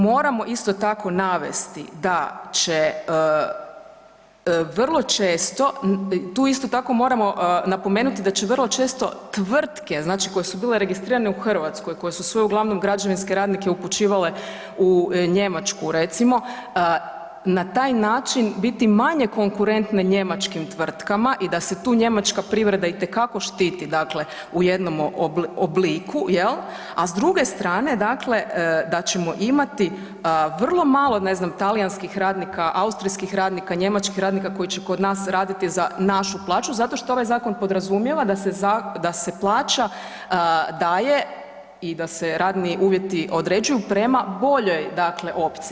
Moramo isto tako, navesti da će vrlo često, tu isto tako moramo napomenuti da će vrlo često tvrtke, znači koje su bile registrirane u Hrvatskoj, koje su svoje uglavnom građevinske radnike upućivale u Njemačku, recimo, na taj način biti manje konkurentne njemačkim tvrtkama i da se tu njemačka privreda itekako štiti u jednom obliku, a s druge strane da ćemo imati vrlo malo, ne znam, talijanskih radnika, austrijskih radnika, njemačkih radnika koji će kod nas raditi za našu plaću zato što ovaj zakon podrazumijeva da se plaća daje i da se radni uvjeti određuju prema boljoj opciji.